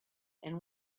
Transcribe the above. and